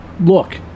look